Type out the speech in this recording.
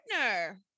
partner